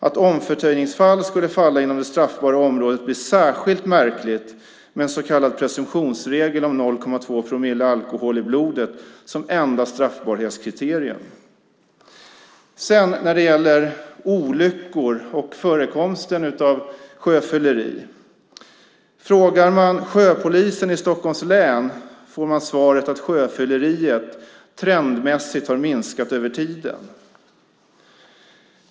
Att omförtöjningsfall skulle falla inom det straffbara området blir särskilt märkligt med en så kallad presumtionsregel om 0,2 promille alkohol i blodet som enda straffbarhetskriterium. Om man frågar sjöpolisen i Stockholms län när det gäller olyckor och förekomsten av sjöfylleri får man svaret att sjöfylleriet trendmässigt har minskat över tiden.